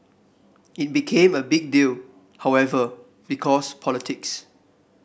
it became a big deal however because politics